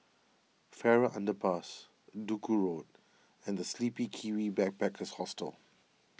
Farrer Underpass Duku Road and the Sleepy Kiwi Backpackers Hostel